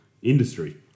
Industry